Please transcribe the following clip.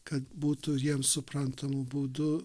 kad būtų jiems suprantamu būdu